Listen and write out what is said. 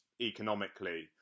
economically